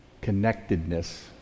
connectedness